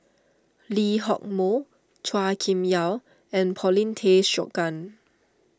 Lee Hock Moh Chua Kim Yeow and Paulin Tay Straughan